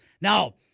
Now